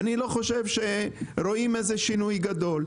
ואי לא חושב שרואים איזה שינוי גדול,